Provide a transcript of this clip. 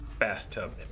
Bathtub